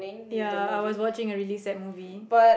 ya I was watching a release at movie